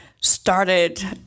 started